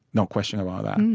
no question about that.